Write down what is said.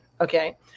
Okay